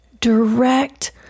direct